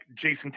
Jason